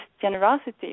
generosity